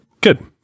Good